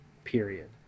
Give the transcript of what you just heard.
period